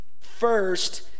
first